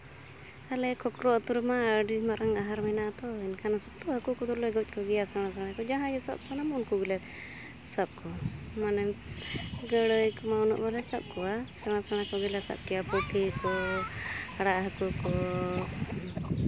ᱟᱞᱮ ᱠᱷᱚᱠᱨᱚ ᱟᱹᱛᱩ ᱨᱮᱢᱟ ᱟᱹᱰᱤ ᱢᱟᱨᱟᱝ ᱟᱦᱟᱨ ᱢᱮᱱᱟᱜ ᱟᱛᱚ ᱮᱱᱠᱷᱟᱱ ᱦᱟᱹᱠᱩ ᱠᱚᱫᱚᱞᱮ ᱜᱚᱡ ᱠᱚᱜᱮᱭᱟ ᱥᱮᱬᱟ ᱥᱮᱬᱟ ᱠᱚ ᱡᱟᱦᱟᱸᱭ ᱡᱟᱦᱟᱸᱭ ᱜᱮ ᱥᱟᱵ ᱥᱟᱱᱟᱢᱟ ᱩᱱᱠᱩ ᱜᱮᱞᱮ ᱥᱟᱵ ᱠᱚᱣᱟ ᱢᱟᱱᱮ ᱜᱟᱹᱲᱟᱹᱭ ᱠᱚ ᱩᱱᱟᱹᱜ ᱵᱟᱞᱮ ᱥᱟᱵ ᱠᱚᱣᱟ ᱥᱮᱬᱟ ᱥᱮᱬᱟ ᱠᱚᱜᱮᱞᱮ ᱥᱟᱵ ᱠᱚᱣᱟ ᱯᱩᱴᱷᱤ ᱠᱚ ᱟᱲᱟᱜ ᱦᱟᱹᱠᱩ ᱠᱚ